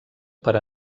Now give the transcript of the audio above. per